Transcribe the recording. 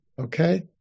Okay